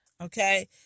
okay